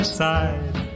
side